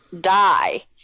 die